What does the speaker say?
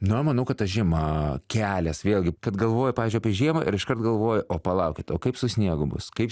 na manau kad ta žiema kelias vėlgi kad galvoju pavyzdžiui apie žiemą ir iškart galvoju o palaukit o kaip su sniegu bus kaip